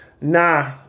Nah